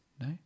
No